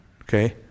Okay